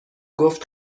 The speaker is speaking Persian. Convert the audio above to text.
گفت